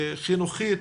חינוכית,